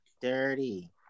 dirty